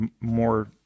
more